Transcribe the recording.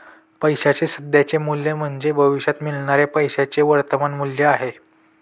पैशाचे सध्याचे मूल्य म्हणजे भविष्यात मिळणाऱ्या पैशाचे वर्तमान मूल्य आहे